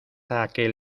aquel